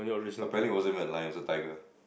apparently it wasn't even a lion it was a tiger